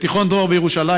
בתיכון דרור בירושלים,